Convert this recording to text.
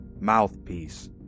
mouthpiece